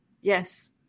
Yes